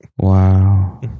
wow